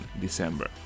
December